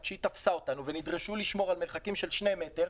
כשהיא תפסה אותנו ונדרשו לשמור על מרחקים של 2 מטר,